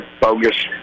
bogus